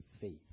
faith